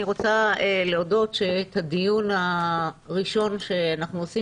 אני רוצה להודות שבדיון הראשון שאנחנו עושים